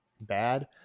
bad